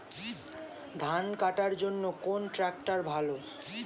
ধান কাটার জন্য কোন ট্রাক্টর ভালো?